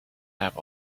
have